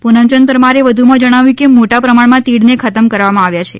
પુનમચંદ પરમારે વધમાં જણાવ્યું કે મોટા પ્રમાણમાં તીડને ખતમ કરવામાં આવ્યા છે